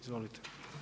Izvolite.